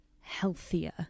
healthier